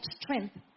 strength